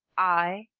i,